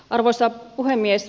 arvoisa puhemies